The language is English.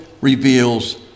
reveals